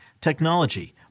technology